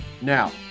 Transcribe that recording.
Now